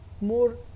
more